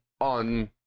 on